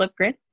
Flipgrid